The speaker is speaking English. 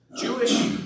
Jewish